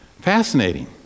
Fascinating